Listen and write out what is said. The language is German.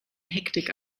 hektik